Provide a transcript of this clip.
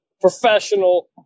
professional